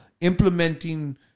implementing